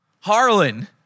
Harlan